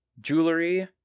jewelry